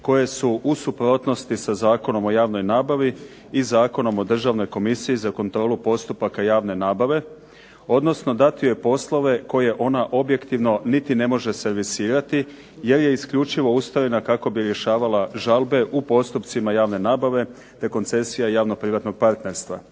koje su u suprotnosti sa Zakonom o javnoj nabavi i Zakonom o Državnoj komisiji za kontrolu postupaka javne nabave, odnosno dati joj poslove koje ona objektivno niti ne može servisirati jer je isključivo ustrojena kako bi rješavala žalbe u postupcima javne nabave te koncesija javno-privatnog partnerstva.